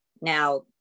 Now